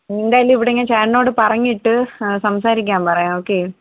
എന്തായാലും ഇവിടെ ഞാൻ ചേട്ടനോട് പറഞ്ഞിട്ട് സംസാരിക്കാൻ പറയാം ഓക്കെ